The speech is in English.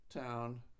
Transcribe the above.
town